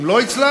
אם לא הצלחת,